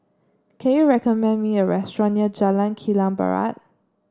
can you recommend me a restaurant near Jalan Kilang Barat